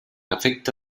efecte